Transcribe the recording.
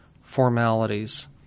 formalities